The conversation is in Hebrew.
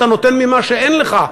אתה נותן ממה שאין לך,